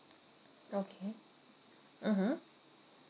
okay mmhmm